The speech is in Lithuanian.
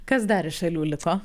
kas dar iš šalių liko